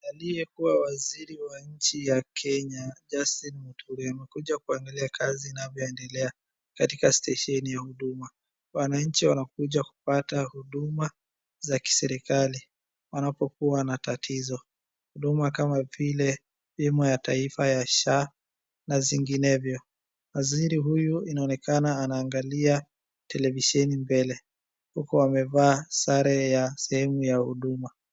Aliyekuwa waziri wa nchi ya Kenya Justin Muturi amekuja kuangalia kazi inavyoendelea katika stesheni ya huduma. Wananchi wanakuja kupata huduma za kiserikali wanapokuwa na tatizo, huduma kama vile bima ya taifa ya sha na zinginevyo. Waziri huyu inaonekana anaangalia televisheni mbele huku amevaa sare ya huduma.